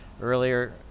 earlier